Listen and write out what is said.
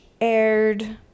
aired